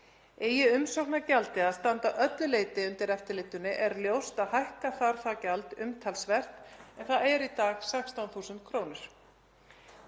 Eigi umsóknargjaldið að standa að öllu leyti undir eftirlitinu er ljóst að hækka þarf það gjald umtalsvert en það er í dag 16.000 kr.